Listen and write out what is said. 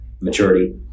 maturity